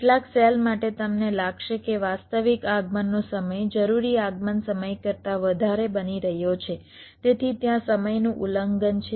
કેટલાક સેલ માટે તમને લાગશે કે વાસ્તવિક આગમનનો સમય જરૂરી આગમન સમય કરતા વધારે બની રહ્યો છે તેથી ત્યાં સમયનું ઉલ્લંઘન છે